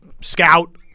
scout